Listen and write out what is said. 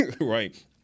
right